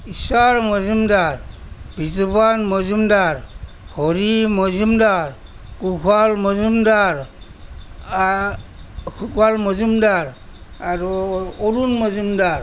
ঈশ্বৰ মজুমদাৰ বিতোপন মজুমদাৰ হৰি মজুমদাৰ কুশল মজুমদাৰ কুশল মজুমদাৰ আৰু অৰুণ মজুমদাৰ